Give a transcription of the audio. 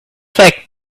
fact